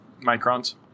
microns